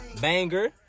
banger